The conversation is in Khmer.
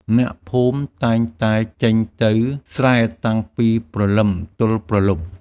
អ្នកភូមិតែងតែចេញទៅស្រែតាំងពីព្រលឹមទល់ព្រលប់។